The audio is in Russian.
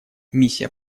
миссия